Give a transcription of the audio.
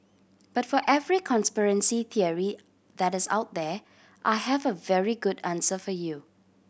but for every conspiracy theory that is out there I have a very good answer for you